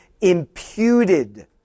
imputed